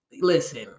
listen